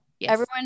everyone-